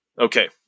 Okay